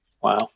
Wow